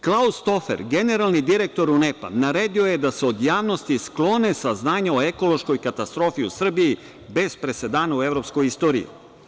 Klaus Tofer, generalni direktor UNEP-a, naredio je da se od javnosti sklone saznanja o ekološkoj katastrofi u Srbiji, bez presedana u evropskoj istoriji.